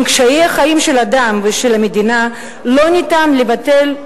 את קשיי החיים של אדם ושל מדינה לא ניתן לבטל,